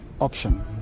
option